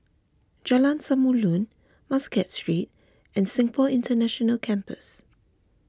Jalan Samulun Muscat Street and Singapore International Campus